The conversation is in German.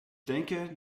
denke